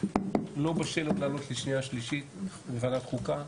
לא בשל עוד לעלות לשנייה ושלישית בוועדת חוקה,